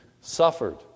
suffered